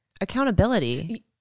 accountability